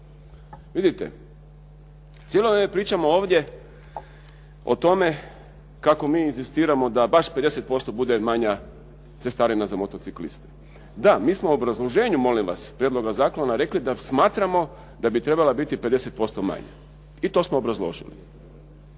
Vidite cijelo vrijeme pričamo ovdje o tome kako mi inzistiramo da baš 50% bude manja cestarina za motocikliste. Da mi smo u obrazloženju molim vas, prijedloga zakona, rekli da smatramo da bi trebala biti 50% manja. I to smo obrazložili.